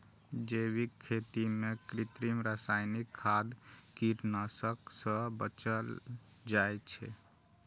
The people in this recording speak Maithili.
जैविक खेती मे कृत्रिम, रासायनिक खाद, कीटनाशक सं बचल जाइ छै